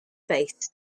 faced